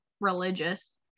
religious